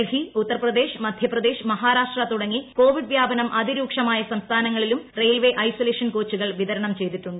ഡൽഹി ഉത്തർപ്രദേശ് മധ്യപ്രദേശ് മഹാരാഷ്ട്ര തുടങ്ങി കോവിഡ് വ്യാപനം അതിരൂക്ഷമായ സംസ്ഥാനങ്ങളിലും റെയിൽവേ ഐസൊലേഷൻ കോച്ചുകൾ വിതരണം ചെയ്തിട്ടുണ്ട്